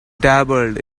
dabbled